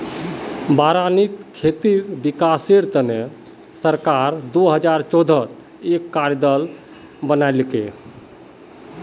बारानीत खेतीर विकासेर तने सरकार दो हजार चौदहत एक कार्य दल बनैय्यालकी